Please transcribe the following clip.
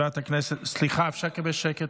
סליחה, אפשר לקבל שקט?